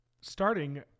starting